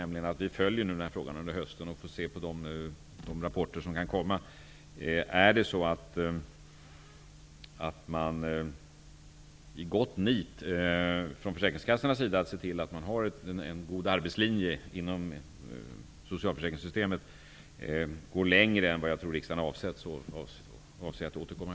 Vi följer alltså den här frågan under hösten och avvaktar rapporter som kan komma. Om man från försäkringskassans sida i gott nit ser till att det finns en god arbetslinje inom socialförsäkringssystemet och då går längre än vad jag tror att riksdagen avsett, återkommer jag i frågan.